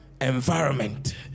environment